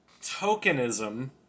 tokenism